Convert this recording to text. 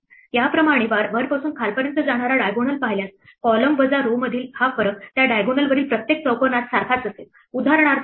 याप्रमाणे वरपासून खालपर्यंत जाणारा diagonal पाहिल्यास column वजा row मधील हा फरक त्या diagonal वरील प्रत्येक चौकोनात सारखेच असेल उदाहरणार्थ पहा